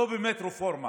לא באמת רפורמה